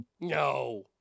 No